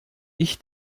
ich